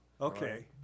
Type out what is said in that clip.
Okay